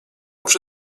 przy